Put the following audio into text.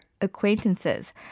acquaintances